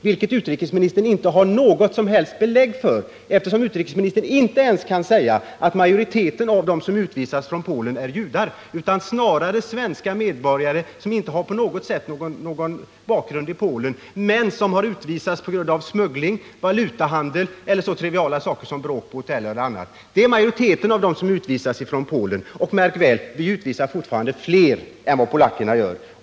Det har utrikesministern inte något som helst belägg för, eftersom utrikesministern inte ens kan påstå att majoriteten av dem som utvisats från Polen är judar utan snarare svenska medborgare, som inte har någon bakgrund i Polen och som har utvisats på grund av smuggling, valutahandel eller så triviala ting som bråk på hotell o. d. Majoriteten av dem som utvisats från Polen är just sådana personer. Och, märk väl, vi utvisar fler än vad polackerna gör.